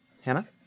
Hannah